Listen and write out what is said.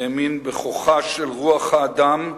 האמין בכוחה של רוח האדם,